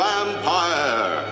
Vampire